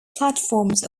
platforms